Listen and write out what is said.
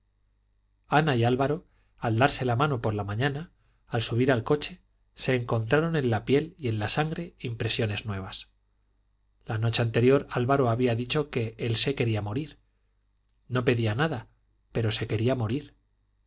ana y álvaro al darse la mano por la mañana al subir al coche se encontraron en la piel y en la sangre impresiones nuevas la noche anterior álvaro había dicho que él se quería morir no pedía nada pero se quería morir